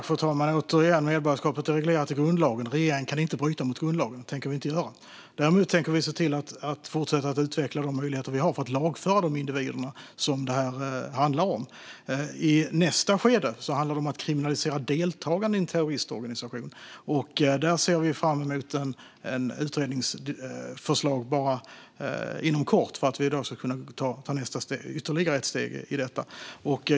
Fru talman! Återigen: Medborgarskapet är reglerat i grundlagen. Regeringen kan inte bryta mot grundlagen, och det tänker vi heller inte göra. Däremot tänker vi se till att fortsätta att utveckla de möjligheter vi har att lagföra de individer som det här handlar om. I nästa skede handlar det om att kriminalisera deltagande i en terroristorganisation. Där ser vi fram emot ett utredningsförslag inom kort så att vi kan ta ytterligare steg med detta.